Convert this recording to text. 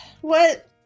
What-